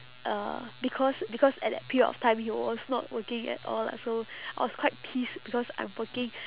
uh because because at that period of time he was not working at all lah so I was quite pissed because I'm working